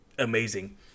amazing